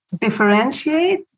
differentiate